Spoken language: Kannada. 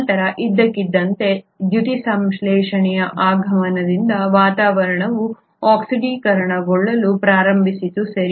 ನಂತರ ಇದ್ದಕ್ಕಿದ್ದಂತೆ ದ್ಯುತಿಸಂಶ್ಲೇಷಣೆಯ ಆಗಮನದಿಂದ ವಾತಾವರಣವು ಆಕ್ಸಿಡೀಕರಣಗೊಳ್ಳಲು ಪ್ರಾರಂಭಿಸಿತು ಸರಿ